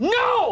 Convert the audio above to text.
no